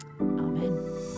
Amen